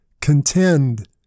contend